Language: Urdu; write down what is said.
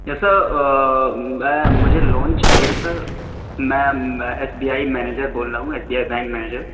یس سر میں مجھے لون چاہیے تھے سر میں میں ایس بی آئی مینیجر بول رہا ہوں S B I bank manager